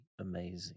amazing